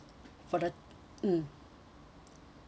for the mm